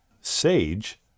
sage